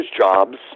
jobs